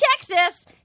Texas